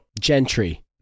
Gentry